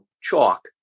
chalk